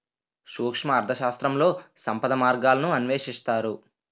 సూక్ష్మ అర్థశాస్త్రంలో సంపద మార్గాలను అన్వేషిస్తారు